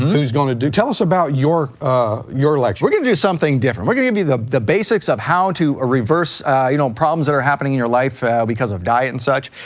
who's going to do. tell us about your ah your lecture. we're going to do something different. we're going to give you the the basics of how to reverse you know problems that are happening in your life because of diet and such.